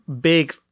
big